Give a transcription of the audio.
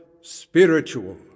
spiritual